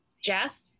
jeff